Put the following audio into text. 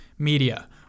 Media